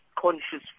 Conscious